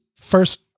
first